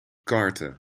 karten